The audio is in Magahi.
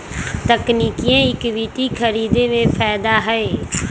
तकनिकिये इक्विटी खरीदे में फायदा हए